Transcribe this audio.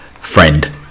Friend